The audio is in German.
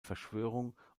verschwörung